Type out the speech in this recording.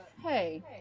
hey